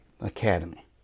Academy